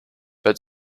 but